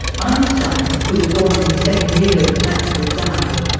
einstein, who was born in the same year as maxwell died,